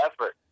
effort